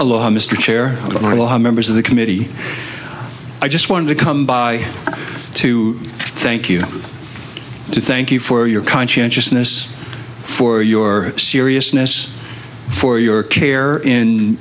brown mr chair of our law members of the committee i just wanted to come by to thank you to thank you for your consciousness for your seriousness for your care in